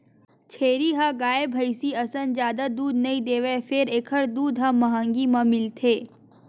छेरी ह गाय, भइसी असन जादा दूद नइ देवय फेर एखर दूद ह महंगी म मिलथे